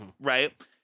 Right